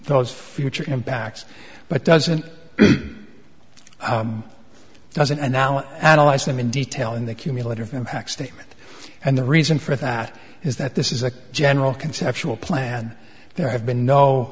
those future impacts but doesn't doesn't and now analyze them in detail in the cumulative impact statement and the reason for that is that this is a general conceptual plan there have been no